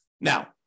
Now